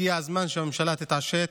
הגיע הזמן שהממשלה תתעשת,